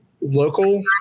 local